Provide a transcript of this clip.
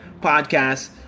podcast